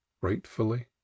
gratefully